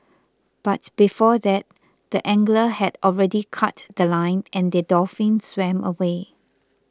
but before that the angler had already cut The Line and the dolphin swam away